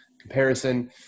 comparison